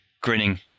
grinning